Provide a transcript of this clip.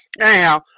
anyhow